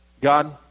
God